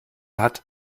hat